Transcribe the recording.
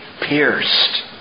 pierced